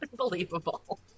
Unbelievable